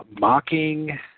mocking